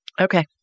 Okay